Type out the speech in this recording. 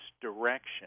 direction